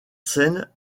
scènes